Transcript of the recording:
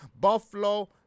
Buffalo